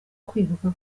kwibuka